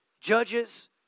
Judges